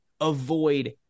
avoid